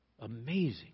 Amazing